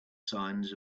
signs